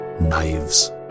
Knives